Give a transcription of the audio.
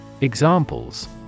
examples